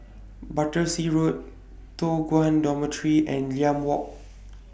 Battersea Road Toh Guan Dormitory and Limau Walk